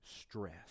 stress